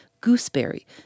Gooseberry